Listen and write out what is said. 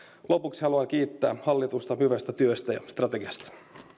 lopuksi haluan kiittää hallitusta hyvästä työstä ja strategiasta